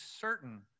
certain